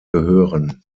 gehören